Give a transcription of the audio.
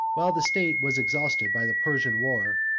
while the state was exhausted by the persian war,